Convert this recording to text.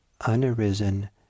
unarisen